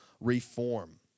reform